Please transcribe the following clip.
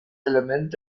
element